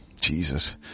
Jesus